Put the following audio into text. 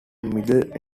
middle